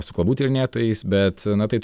su kalbų tyrinėtojais bet na tai